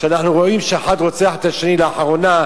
ואנחנו רואים שאחד רוצח את השני לאחרונה,